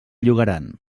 llogaran